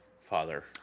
father